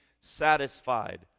satisfied